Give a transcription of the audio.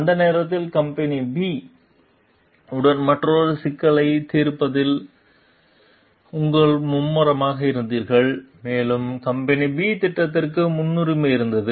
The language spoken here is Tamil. அந்த நேரத்தில் கம்பெனி B உடன் மற்றொரு சிக்கலைத் தீர்ப்பதில் நீங்கள் மும்முரமாக இருந்தீர்கள் மேலும் கம்பெனி B திட்டத்திற்கு முன்னுரிமை இருந்தது